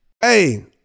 Hey